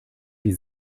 die